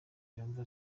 yumva